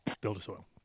Build-A-Soil